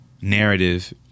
narrative